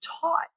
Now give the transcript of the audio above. taught